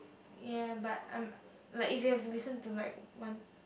ya but I'm like if you have to listen to like one